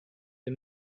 the